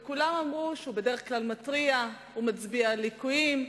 וכולם אמרו שהוא בדרך כלל מתריע ומצביע על ליקויים,